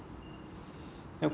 okay